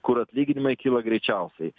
kur atlyginimai kyla greičiausiai